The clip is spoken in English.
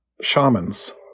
shamans